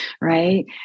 right